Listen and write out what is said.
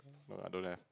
no lah don't have